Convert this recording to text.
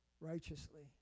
righteously